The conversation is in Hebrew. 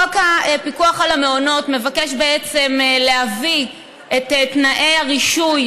חוק הפיקוח על המעונות מבקש בעצם להביא את תנאי הרישוי